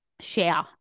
share